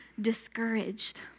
discouraged